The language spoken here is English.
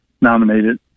nominated